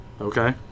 Okay